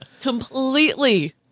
completely